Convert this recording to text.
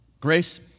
Grace